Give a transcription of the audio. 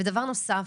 ודבר נוסף,